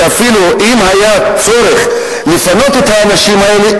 כי אם היה צורך לפנות את האנשים האלה,